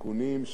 לוח תיקונים,